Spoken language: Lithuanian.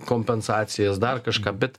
kompensacijas dar kažką bet